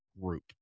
group